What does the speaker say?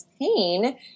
pain